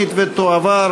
התשע"ד 2014,